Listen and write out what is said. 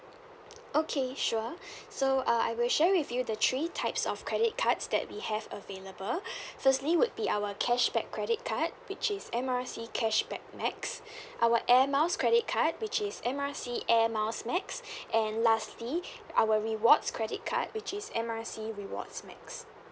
okay sure so uh I will share with you the three types of credit cards that we have available firstly would be our cashback credit card which is M_R_I_C cashback max our airmiles credit card which is M_R_I_C airmiles max and lastly our rewards credit card which is M_R_I_C rewards max